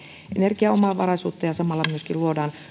energiaomavaraisuutta ja samalla myöskin luodaan